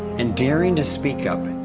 and daring to speak up,